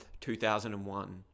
2001